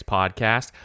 Podcast